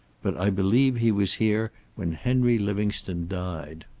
but i believe he was here when henry livingstone died.